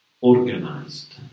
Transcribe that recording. organized